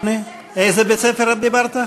על איזה בית-ספר דיברת?